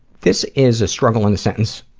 this is a struggle in a sentence.